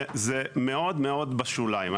זה מאוד בשוליים.